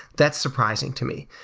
that's surprising to me.